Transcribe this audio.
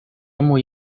muy